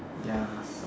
ya